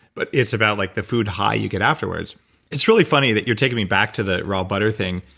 but it's about like the food high you get afterwards it's really funny that you're taking me back to the raw butter thing.